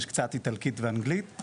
יש קצת איטלקית ואנגלית.